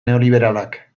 neoliberalak